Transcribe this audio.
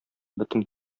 бөтен